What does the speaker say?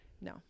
No